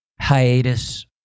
hiatus